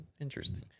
interesting